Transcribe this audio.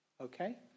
Okay